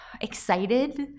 excited